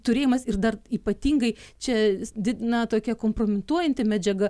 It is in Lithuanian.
turėjimas ir dar ypatingai čia didina tokia kompromituojanti medžiaga